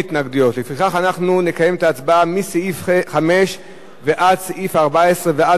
לפיכך אנחנו נקיים את ההצבעה מסעיף 5 ועד סעיף 14 ועד בכלל,